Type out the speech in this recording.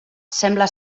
sembla